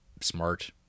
smart